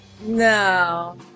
No